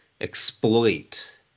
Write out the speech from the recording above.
exploit